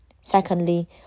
Secondly